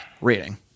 reading